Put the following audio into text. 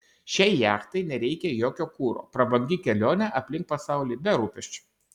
šiai jachtai nereikia jokio kuro prabangi kelionė aplink pasaulį be rūpesčių